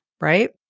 right